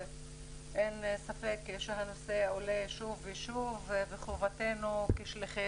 אין ספק שהנושא עולה שוב ושוב ומחובתנו כשליחי